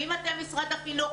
ממטה משרד החינוך,